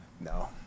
no